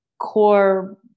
core